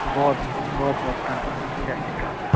ਬਹੁਤ ਬਹੁਤ ਧੰਨਵਾਦ ਸਰ ਸਤਿ ਸ਼੍ਰੀ ਅਕਾਲ